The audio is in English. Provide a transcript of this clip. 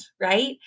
right